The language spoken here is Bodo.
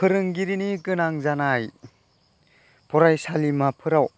फोरोंगिरिनि गोनां जानाय फरायसालिमाफोराव